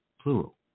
plural